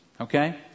Okay